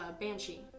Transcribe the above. Banshee